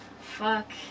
Fuck